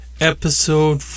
Episode